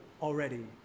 already